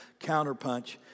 counterpunch